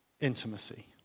intimacy